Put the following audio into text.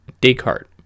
Descartes